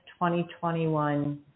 2021